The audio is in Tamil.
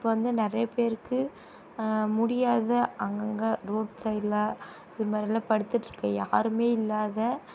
இப்போ வந்து நிறைய பேருக்கு முடியாத அங்கங்கே ரோட் சைட்ல இது மாதிரிலாம் படுத்துகிட்டுருக்க யாருமே இல்லாத